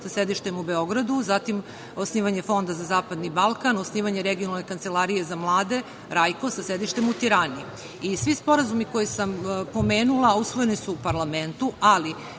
sa sedištem u Beogradu, zatim osnivanje Fonda za Zapadni Balkan, osnivanje Regionalne kancelarije za mlade „RAJKO“, sa sedištem u Tirani. Svi sporazumi koje sam pomenula usvojeni su u parlamentu, ali